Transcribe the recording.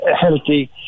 healthy